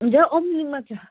हजुर औँलीमा छ